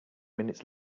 minutes